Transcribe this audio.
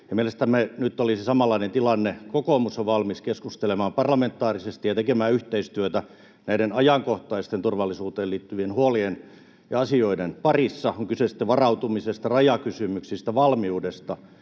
mielestämme nyt olisi samanlainen tilanne. Kokoomus on valmis keskustelemaan parlamentaarisesti ja tekemään yhteistyötä näiden ajankohtaisten turvallisuuteen liittyvien huolien ja asioiden parissa — on kyse sitten varautumisesta, rajakysymyksistä, valmiudesta